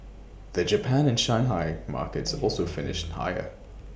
the Japan and Shanghai markets also finished higher